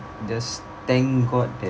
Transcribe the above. just thank god that